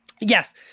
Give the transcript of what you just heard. Yes